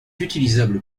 utilisable